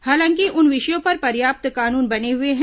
हालांकि उन विषयों पर पर्याप्त कानून बने हुए हैं